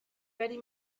ready